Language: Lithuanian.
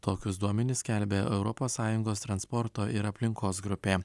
tokius duomenis skelbia europos sąjungos transporto ir aplinkos grupė